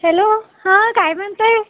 hello हां काय म्हणताय